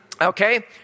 Okay